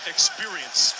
Experience